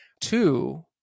two